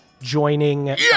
joining